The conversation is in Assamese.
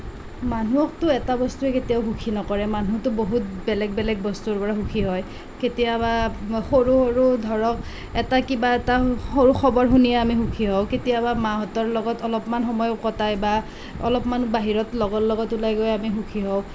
মানুহকতো এটা বস্তুৱে কেতিয়াও সুখী নকৰে মানুহতো বহুত বেলেগ বেলেগ বস্তুৰ পৰা সুখী হয় কেতিয়াবা সৰু সৰু ধৰক এটা কিবা এটা সৰু খবৰ শুনিয়েই আমি সুখী হওঁ কেতিয়াবা মাহঁতৰ লগত অলপমান সময় কটাই বা অলপমান বাহিৰত লগৰ লগত ওলাই গৈ আমি সুখী হওঁ